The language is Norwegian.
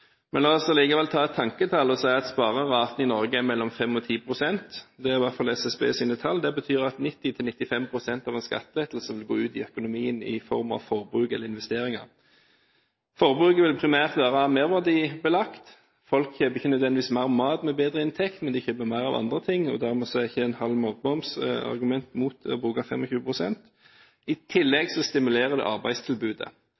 Men la oss likevel ta et tenkt tall og si at spareraten i Norge er mellom 5 og 10 pst – det er i hvert fall SSBs tall. Det betyr at 90–95 pst. av en skattelettelse vil gå ut i økonomien i form av forbruk eller investeringer. Forbruket vil primært være merverdibelagt. Folk kjøper nødvendigvis ikke mer mat med bedre inntekt, men de kjøper mer av andre ting. Dermed er ikke en halv matmoms et argument mot å bruke 25 pst. I